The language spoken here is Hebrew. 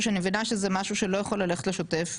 שאני מבינה שזה משהו שלא יכול ללכת לשוטף,